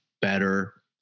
better